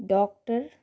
doctor